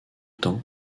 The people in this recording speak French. temps